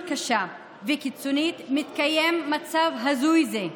קשה וקיצונית מתקיים מצב הזוי זה,